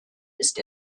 ist